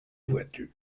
voitures